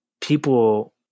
people